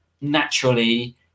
naturally